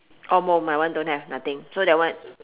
oh mou my one don't have nothing so that one